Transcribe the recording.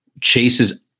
chases